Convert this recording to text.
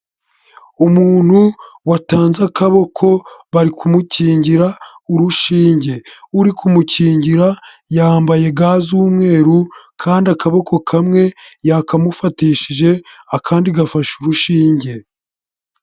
Umuntu watanze akaboko, bari kumukingira urushinge, uri kumukingira yambaye ga z'umweru kandi akaboko kamwe yakamufatishije, akandi gafashe urushinge.